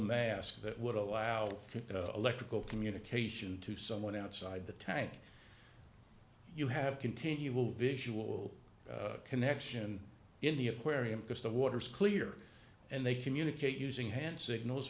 mask that would allow electrical communication to someone outside the tank you have continual visual connection in the aquarium because the water's clear and they communicate using hand signals